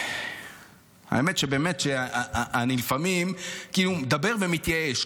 האמת היא שבאמת, אני לפעמים כאילו מדבר ומתייאש.